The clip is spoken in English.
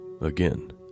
Again